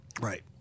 Right